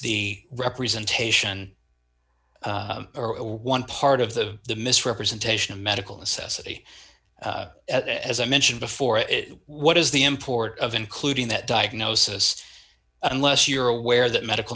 the representation one part of the the misrepresentation of medical necessity as i mentioned before what is the import of including that diagnosis unless you're aware that medical